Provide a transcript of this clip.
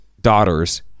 daughters